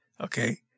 okay